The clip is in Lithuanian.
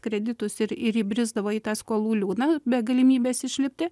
kreditus ir ir įbrisdavo į tą skolų liūną be galimybės išlipti